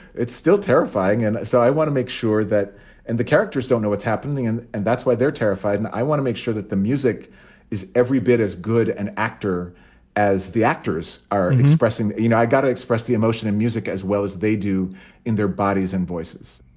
it's still terrifying. and so i want to make sure that and the characters don't know what's happening and and that's why they're terrified. and i want to make sure that the music is every bit as good an actor as the actors are expressing. you know, i got to express the emotion in music as well as they do in their bodies and voices